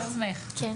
כן.